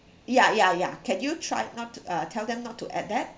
ya ya ya can you try not to uh tell them not to add that